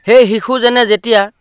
সেই শিশুজনে যেতিয়া